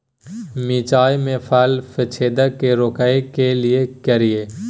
मिर्चाय मे फल छेदक के रोकय के लिये की करियै?